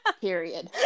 Period